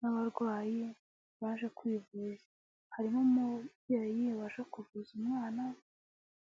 n'abarwayi baje kwivuza. Harimo umubyeyi yabasha kuvuza umwana